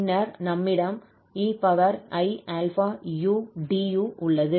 பின்னர் நம்மிடம் 𝑒𝑖𝛼𝑢𝑑𝑢 உள்ளது